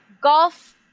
golf